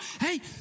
Hey